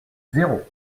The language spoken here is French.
zéro